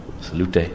Salute